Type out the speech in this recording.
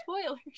spoilers